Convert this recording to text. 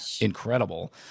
incredible